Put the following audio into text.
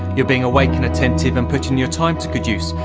you're being awake and attentive, and putting your time to good use.